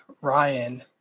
Ryan